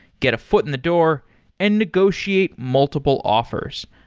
get a foot in the door and negotiate multiple offers.